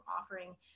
offering